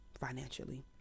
financially